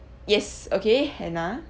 yes okay hannah